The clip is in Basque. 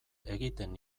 egiten